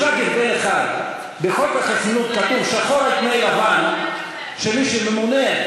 יש רק הבדל אחד: בחוק החסינות כתוב שחור על גבי לבן שמי שממונה,